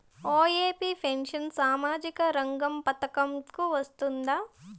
OAP pension సామాజిక రంగ పథకం కు వస్తుందా?